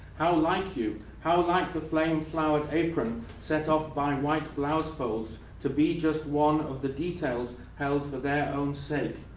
how like you how like the flame-flowered apron set off by white blouse folds, to be just one of the details held for their own sake,